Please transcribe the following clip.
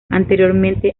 anteriormente